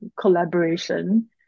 collaboration